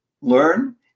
learn